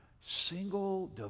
single